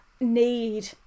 need